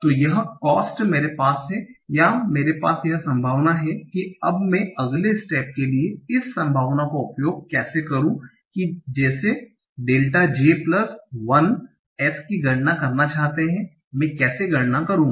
तो यह कोस्ट मेरे पास है या मेरे पास यह संभावना है कि अब मैं अगले स्टेप के लिए इस संभावना का उपयोग कैसे करूं कि जैसे डेल्टा J प्लस 1 S की गणना करना चाहते हैं मैं कैसे गणना करूंगा